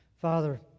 Father